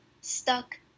stuck